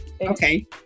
Okay